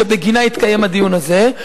שבגינה התקיים הדיון הזה.